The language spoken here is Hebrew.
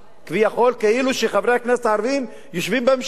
כביכול, כאילו חברי הכנסת הערבים יושבים בממשלה.